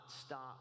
stop